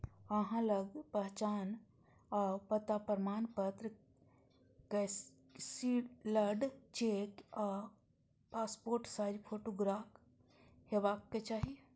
अहां लग पहचान आ पता प्रमाणपत्र, कैंसिल्ड चेक आ पासपोर्ट साइज फोटोग्राफ हेबाक चाही